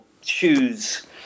shoes